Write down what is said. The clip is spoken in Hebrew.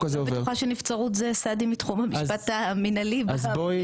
היועצת המשפטית דיברה על סעדים מהתחום המנהלי והציבורי,